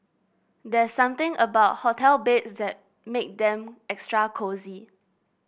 there's something about hotel beds that make them extra cosy